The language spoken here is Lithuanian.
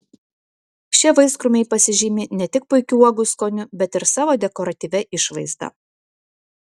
šie vaiskrūmiai pasižymi ne tik puikiu uogų skoniu bet ir savo dekoratyvia išvaizda